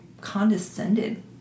condescended